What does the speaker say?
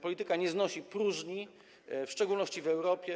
Polityka nie znosi próżni, w szczególności w Europie.